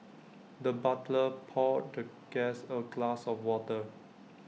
the butler poured the guest A glass of water